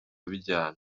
bijyana